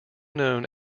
known